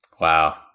wow